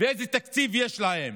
ואיזה תקציב יש להם.